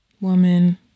woman